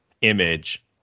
image